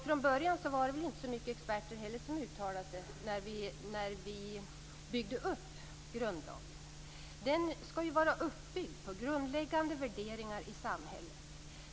Från början var det väl heller inte så många experter som uttalade sig när vi byggde upp grundlagen. Den skall ju bygga på grundläggande värderingar i samhället.